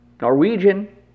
Norwegian